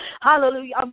Hallelujah